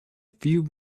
few